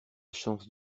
chance